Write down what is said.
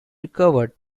recovered